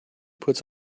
puts